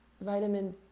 vitamin